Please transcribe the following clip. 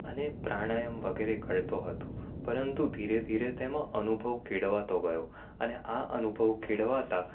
અને પ્રાણાયામ વગેરે કરતો હતો પરંતુ ધીરે ધીરે તેમાં અનુભવ કેળવાતો ગયો અને આ અનુભવ કેળવતા